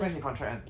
when his contract end